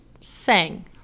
sang